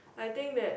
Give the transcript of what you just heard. I think that